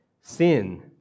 Sin